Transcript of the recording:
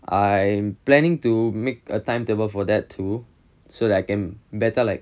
I am planning to make a timetable for that too so that I can better like